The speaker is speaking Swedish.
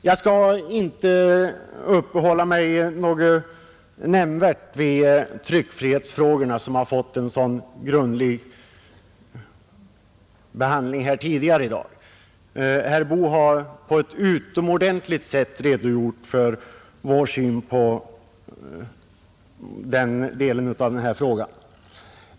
Jag skall inte nämnvärt uppehålla mig vid tryckfrihetsfrågorna, som har fått en så grundlig behandling här tidigare i dag. Herr Boo har på ett utomordentligt sätt redogjort för vår syn på den delen av denna fråga.